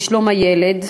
לשלום הילד,